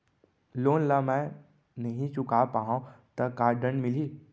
Loan ला मैं नही चुका पाहव त का दण्ड मिलही?